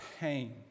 pain